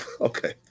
Okay